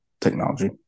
technology